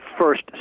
first